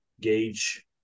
gauge